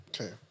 Okay